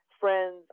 friends